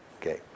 Okay